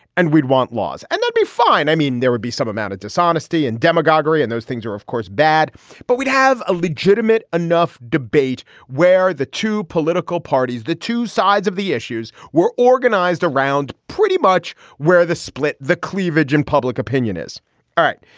and we'd want laws and they'd be fine. i mean there would be some amount of dishonesty and demagoguery and those things are of course bad but we'd have a legitimate enough debate where the two political parties the two sides of the issues were organized around pretty much where the split the cleavage in public opinion is. all right.